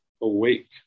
awake